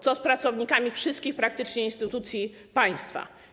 Co z pracownikami wszystkich praktycznie instytucji państwa?